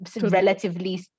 relatively